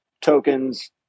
tokens